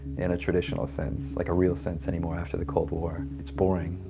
in a traditional sense, like a real sense anymore, after the cold war. it's boring,